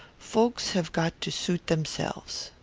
folks have got to suit themselves.